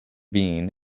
bean